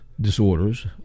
disorders